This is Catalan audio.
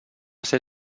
ser